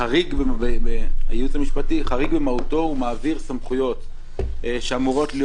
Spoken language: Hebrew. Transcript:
חריג במהותו ומעביר סמכויות שאמורות להיות